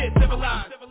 Civilized